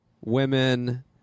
women